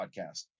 podcast